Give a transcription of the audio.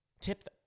tip